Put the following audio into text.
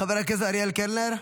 חבר הכנסת אריאל קלנר,